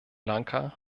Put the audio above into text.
lanka